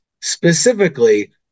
specifically